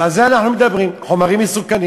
אז על זה אנחנו מדברים, חומרים מסוכנים.